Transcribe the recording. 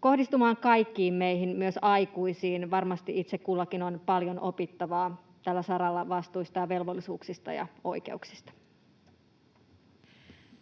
kohdistumaan kaikkiin meihin, myös aikuisiin. Varmasti itse kullakin on paljon opittavaa tällä saralla vastuista ja velvollisuuksista ja oikeuksista.